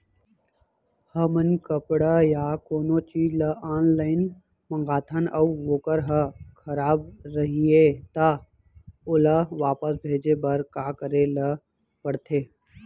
हमन कपड़ा या कोनो चीज ल ऑनलाइन मँगाथन अऊ वोकर ह खराब रहिये ता ओला वापस भेजे बर का करे ल पढ़थे?